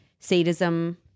Sadism